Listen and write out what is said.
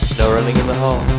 darling in the home